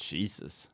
Jesus